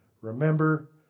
Remember